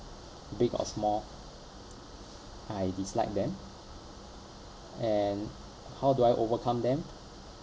big or small I dislike them and how do I overcome them